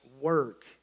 work